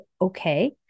okay